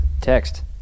text